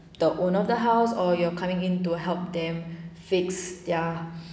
the owner of the house or you're coming in to help them fix their